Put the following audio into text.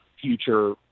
future